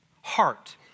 Heart